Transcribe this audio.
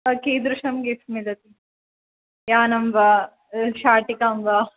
कीदृशं गिफ़्ट् मिलति यानं वा शाटिकां वा